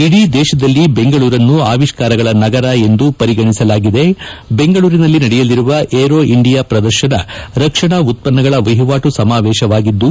ಇಡೀ ದೇಶದಲ್ಲಿ ಬೆಂಗಳೂರನ್ನು ಅವಿಷ್ಠಾರಗಳ ನಗರ ಎಂದು ಪರಿಗಣಿಸಲಾಗಿದೆ ಬೆಂಗಳೂರಿನಲ್ಲಿ ನಡೆಯಲಿರುವ ಏರೋ ಇಂಡಿಯಾ ಪ್ರದರ್ಶನ ರಕ್ಷಣಾ ಉತ್ಪನ್ನಗಳ ವಹಿವಾಟು ಸಮಾವೇಶವಾಗಿದ್ದು